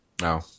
No